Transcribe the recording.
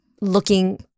looking